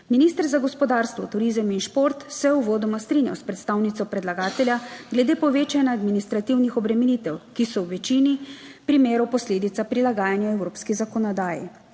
Minister za gospodarstvo, turizem in šport se je uvodoma strinja s predstavnico predlagatelja glede povečanja administrativnih obremenitev, ki so v večini primerov posledica prilagajanja evropski zakonodaji.